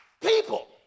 people